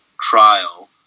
trial